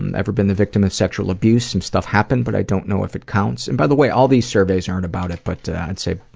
um ever been the victim of sexual abuse? some stuff happened, but i don't know if it counts. and, by the way, all these surveys aren't about it, but i'd say,